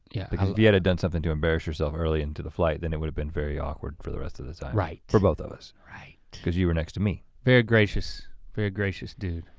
yeah because if you had have done something to embarrass yourself early into the flight then it would have been very awkward for the rest of the time right. for both of us. right. cause you were next to me. very gracious, very gracious dude.